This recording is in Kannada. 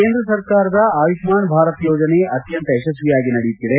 ಕೇಂದ್ರ ಸರ್ಕಾರದ ಆಯುಷ್ಠಾನ್ ಭಾರತ್ ಯೋಜನೆ ಅತ್ಯಂತ ಯಶಸ್ವಿಯಾಗಿ ನಡೆಯುತ್ತಿದೆ